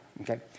okay